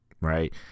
right